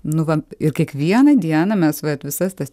nu va ir kiekvieną dieną mes visas tas